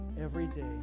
everyday